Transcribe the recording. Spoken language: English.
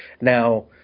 Now